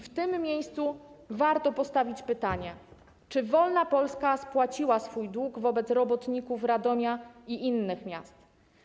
W tym miejscu warto postawić pytanie, czy wolna Polska spłaciła swój dług wobec robotników Radomia i innych miast.